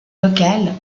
locales